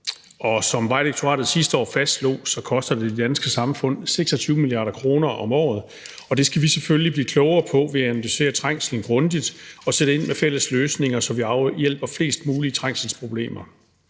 Som Vejdirektoratet sidste år fastslog, koster det det danske samfund 26 mia. kr. om året, og det skal vi selvfølgelig blive klogere på ved at analysere trængslen grundigt og sætte ind med fælles løsninger, så vi afhjælper flest mulige trængselsproblemer.